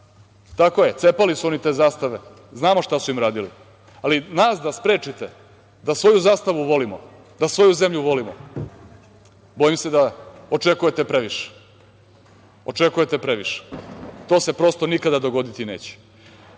je. Cepali su oni te zastave, znamo šta su im radili, ali nas da sprečite da svoju zastavu volimo, da svoju zemlju volimo, bojim se da očekujete previše. To se prosto nikada dogoditi neće. Mi